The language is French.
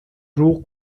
jours